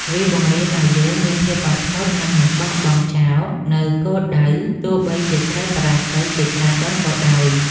វាបង្រៀនឱ្យយើងមានភាពអត់ធ្មត់ និងមិនបោះបង់ចោលនូវគោលដៅ ទោះបីជាត្រូវបរាជ័យជាច្រើនដងក៏ដោយ។